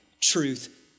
Truth